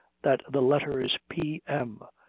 that the letters p. m.